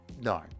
no